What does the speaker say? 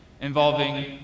involving